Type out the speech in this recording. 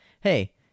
hey